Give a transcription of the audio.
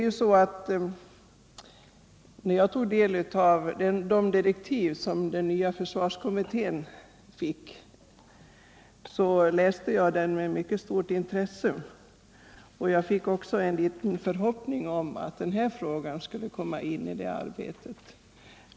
När jag tog del av de direktiv som den nya försvarskommittén fick läste jag dem med mycket stort intresse. Jag fick också en liten förhoppning om att den här frågan skulle komma in i det arbetet.